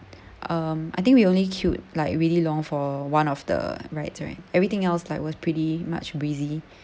um I think we only queued like really long for one of the rides right everything else like was pretty much breezy